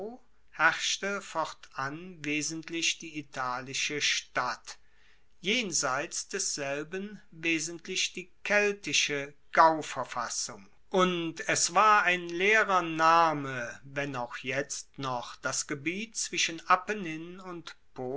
herrschte fortan wesentlich die italische stadt jenseits desselben wesentlich die keltische gauverfassung und es war ein leerer name wenn auch jetzt noch das gebiet zwischen apennin und